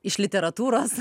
iš literatūros